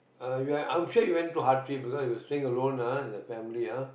uh you are I'm sure you went through hardship because if you staying alone ah as a family ah